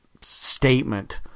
statement